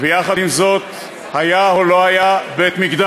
ועם זאת, היה או לא היה בית-מקדש?